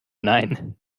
nein